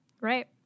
right